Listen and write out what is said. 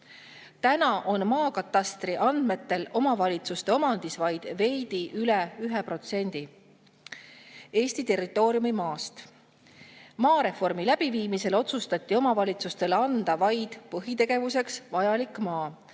on maakatastri andmetel omavalitsuste omandis vaid veidi üle 1% Eesti territooriumi maast. Maareformi läbiviimisel otsustati omavalitsustele anda vaid põhitegevuseks vajalik maa.